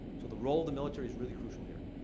so, the role of the military is really crucial here.